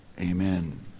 Amen